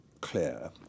clear